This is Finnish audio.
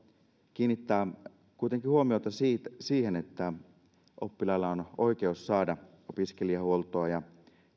kiinnittää kuitenkin huomiota siihen että oppilaalla on oikeus saada opiskelijahuoltoa ja